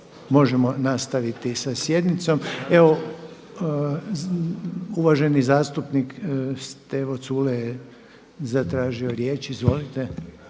možemo nastaviti sa sjednicom. Evo uvaženi zastupnik Stevo Culej je zatražio riječ. Izvolite.